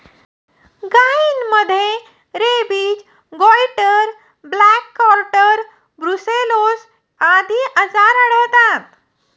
गायींमध्ये rabies, goitre, black quarter, brucellosis आदी आजार आढळतात